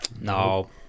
No